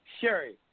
Sherry